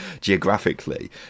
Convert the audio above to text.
geographically